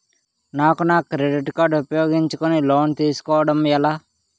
నాకు నా credit card ఉపయోగించుకుని లోన్ తిస్కోడం ఎలా?